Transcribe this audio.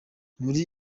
muri